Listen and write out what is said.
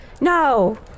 No